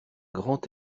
grand